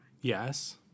Yes